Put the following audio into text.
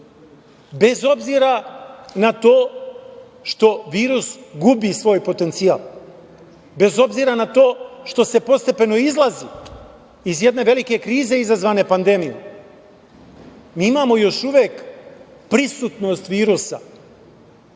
Bez obzira na to što virus gubi svoj potencijal, bez obzira na to što se postepeno izlazi iz jedne velike krize izazvane pandemijom, mi imamo još uvek prisutnost virusa